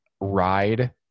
ride